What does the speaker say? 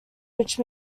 which